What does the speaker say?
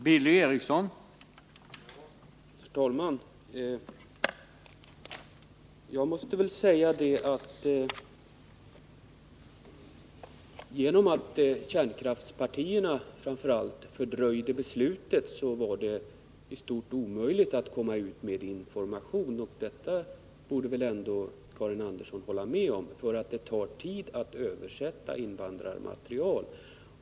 Herr talman! Genom att framför allt kärnkraftspartierna fördröjde beslutet, så var det i stort sett omöjligt att gå ut med information. Detta borde väl ändå Karin Andersson hålla med om. Det tar ju tid att översätta invandrarmaterial.